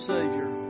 Savior